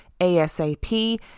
ASAP